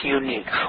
unique